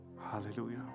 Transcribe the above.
Hallelujah